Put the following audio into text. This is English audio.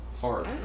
hard